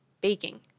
baking